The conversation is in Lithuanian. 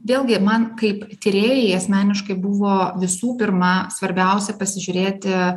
vėlgi man kaip tyrėjai asmeniškai buvo visų pirma svarbiausia pasižiūrėti